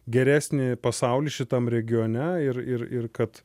geresnį pasaulį šitam regione ir ir ir kad